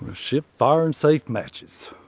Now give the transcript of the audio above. ah ship fire and safe matches.